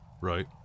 right